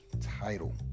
title